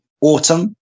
autumn